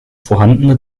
vorhandene